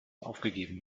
aufgegeben